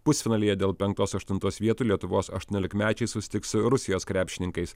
pusfinalyje dėl penktos aštuntos vietų lietuvos aštuoniolikmečiai susitiks su rusijos krepšininkais